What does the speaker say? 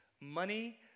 money